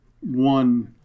one